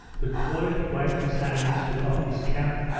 the cornet wiped his hands, took off his cap,